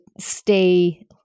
stay